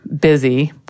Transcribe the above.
Busy